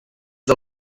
del